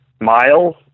miles